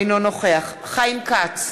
אינו נוכח חיים כץ,